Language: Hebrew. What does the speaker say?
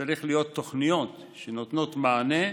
צריכות להיות תוכניות שנותנות מענה,